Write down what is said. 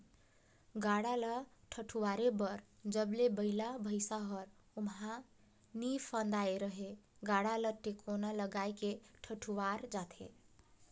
गाड़ा ल ठडुवारे बर जब ले बइला भइसा हर ओमहा नी फदाय रहेए गाड़ा ल टेकोना लगाय के ठडुवारल जाथे